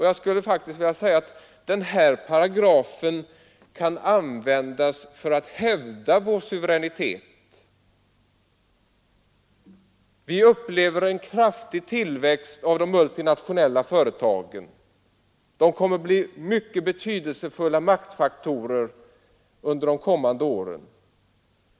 Jag skulle faktiskt vilja säga att denna paragraf kan användas för att hävda vår suveränitet. Vi upplever en kraftig tillväxt av de multinationella företagen. De kommer att bli mycket betydelsefulla maktfaktorer under de kommande åren.